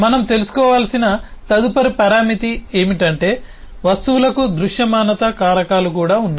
మనం తెలుసుకోవలసిన తదుపరి పరామితి ఏమిటంటే వస్తువులకు దృశ్యమానత కారకాలు కూడా ఉన్నాయి